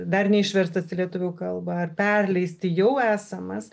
dar neišverstas į lietuvių kalbą ar perleisti jau esamas